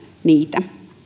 niitä